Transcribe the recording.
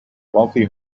wealthy